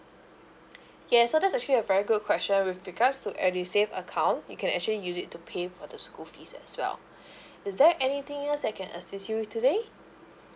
yes so that's actually a very good question with regards to edusave account you can actually use it to pay for the school fees as well is there anything else I can assist you with today